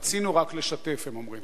רצינו רק לשתף, הם אומרים.